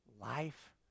life